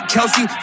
Kelsey